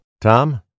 Tom